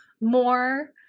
more